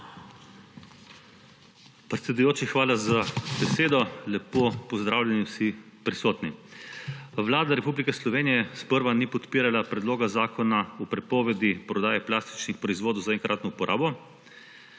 Predsedujoči, hvala za besedo. Lepo pozdravljeni vsi prisotni! Vlada Republike Slovenije sprva ni podpirala Predloga zakona o prepovedi prodaje plastičnih proizvodov za enkratno uporabo,